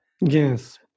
Yes